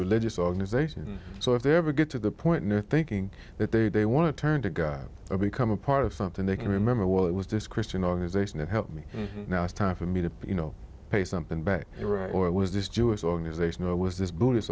religious organization so if they ever get to the point where thinking that they they want to turn to god or become a part of something they can remember well it was this christian organization that helped me now it's time for me to you know pay something back here or was this jewish organization or was this